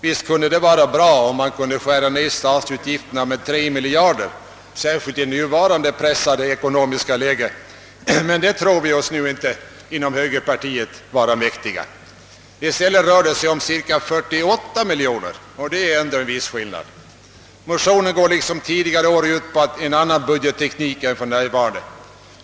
Visst skulle det vara bra om man kunde skära ned statsutgifterna med 3 miljarder, särskilt i nuvarande pressade ekonomiska läge, men det tror vi oss nu inte i högerpartiet vara mäktiga. I stället rör det sig om cirka 48 miljoner kronor, och det är en viss skillnad. Motionen går liksom tidigare år ut på en annan budgetteknik än för närvarande.